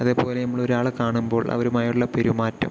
അതേപോലെ നമ്മള് ഒരാളെ കാണുമ്പോൾ അവരുമായുള്ള പെരുമാറ്റം